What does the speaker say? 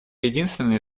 единственный